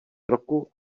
roku